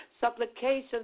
supplications